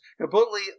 completely